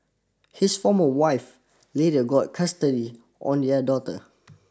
his former wife later got custody on their daughter